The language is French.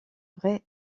vrai